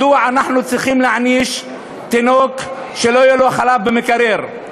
מדוע אנחנו צריכים להעניש תינוק שלא יהיה לו חלב במקרר?